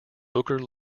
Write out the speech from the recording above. booker